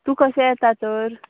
तूं कशें येता तर